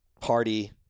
party